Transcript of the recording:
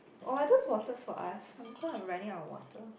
I though waters for us I am quite running out of water